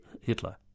Hitler